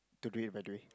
today by the way